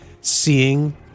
seeing